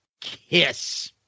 Kiss